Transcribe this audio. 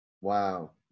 Wow